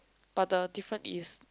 but the different is